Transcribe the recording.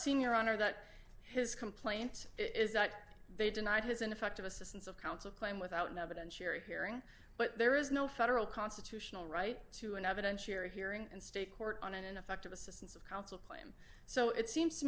seem your honor that his complaint is that they deny his ineffective assistance of counsel claim without evidence cherry hearing but there is no federal constitutional right to an evidentiary hearing and state court on an ineffective assistance of counsel claim so it seems to